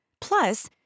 Plus